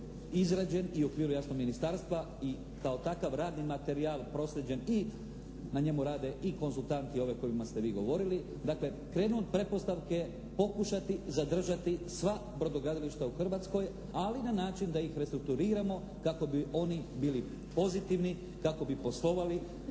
izrađen i u okviru, jasno, ministarstva i kao takav radni materijal proslijeđen i na njemu rade i konzultanti ovi o kojima ste vi govorili. Dakle, krenut od pretpostavke, pokušati zadržati sva brodogradilišta u Hrvatskoj, ali na način da ih restrukturiramo kako bi oni bili pozitivni, kako bi poslovali